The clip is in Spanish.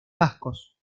vascos